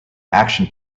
action